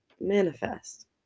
manifest